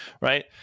right